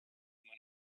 money